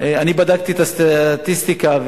בדקתי את הסטטיסטיקה,